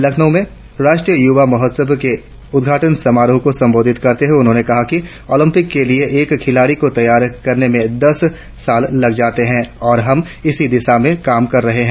लखनऊ में राष्ट्रीय युवा महोत्सव के उद्घाटन समारोह को संबोधित करते हुए उन्होंने कहा कि ओलंपिक के लिए एक खिलाड़ी को तैयार करने में दस साल लग जाते हैं और हम इसी दिशा में काम कर रहें हैं